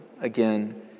again